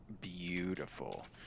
beautiful